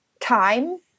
Time